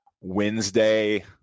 Wednesday